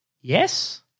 Yes